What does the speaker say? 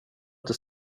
inte